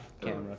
camera